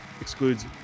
Excludes